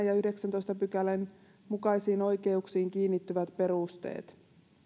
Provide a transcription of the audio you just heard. ja yhdeksännentoista pykälän mukaisiin oikeuksiin kiinnittyvät perusteet